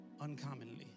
uncommonly